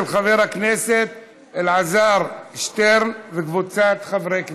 של חבר הכנסת אלעזר שטרן וקבוצת חברי הכנסת.